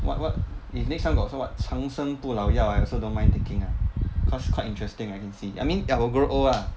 what what if next time got what 长生不老药 I also don't mind taking ah cause quite interesting I can see I mean I will grow old ah